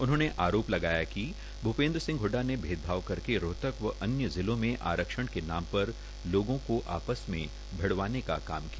उन्होंने आरोप लगाया कि भूपेन्द्र सिंह हडडा ने भेदभाव करके रोहतक व अन्य जिलों में आरक्षण के नाम पर लोगों को आपस भिड़वाने का काम किया